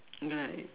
right